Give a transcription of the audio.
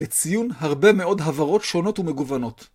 את ציון הרבה מאוד הברות שונות ומגוונות.